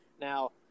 Now